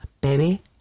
baby